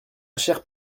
chère